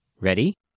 Ready